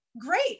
great